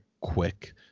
quick